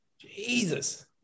Jesus